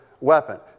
weapon